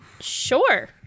Sure